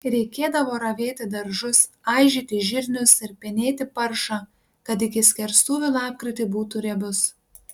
reikėdavo ravėti daržus aižyti žirnius ir penėti paršą kad iki skerstuvių lapkritį būtų riebus